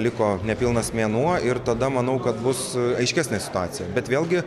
liko nepilnas mėnuo ir tada manau kad bus aiškesnė situacija bet vėlgi